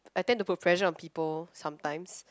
I tend to put pressure on people sometimes